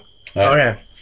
Okay